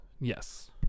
Yes